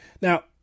Now